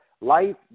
life